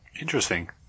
interesting